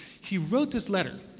he wrote this letter.